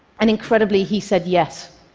and incredibly, he said yes.